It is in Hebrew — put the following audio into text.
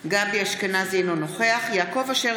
אינו נוכח יעקב אשר,